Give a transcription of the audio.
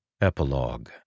Epilogue